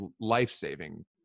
life-saving